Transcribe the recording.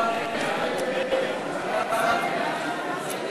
ההצעה להעביר את הצעת